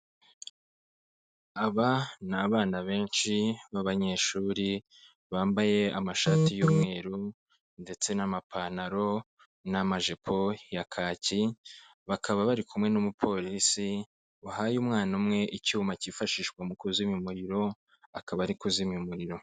Aba ni abana benshi b'abanyeshuri bambaye amashati y'umweru ndetse n'amapantaro, n'amajipo ya kaki, bakaba bari kumwe n'umupolisi wahaye umwana umwe icyuma cyifashishwa mu kuzimya umuriro akaba ari kuzimya umuriro.